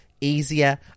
easier